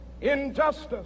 injustice